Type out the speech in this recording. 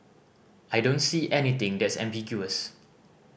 I don't see anything that's ambiguous